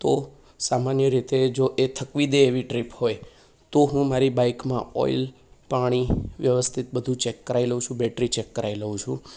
તો સામાન્ય રીતે જો એ થકવી દે એવી ટ્રીપ હોય તો હું મારી બાઇકમાં ઓઇલ પાણી વ્યવસ્થિત બધુ ચેક કરાવી લઉં છું બેટરી ચેક કરાવી લઉં છું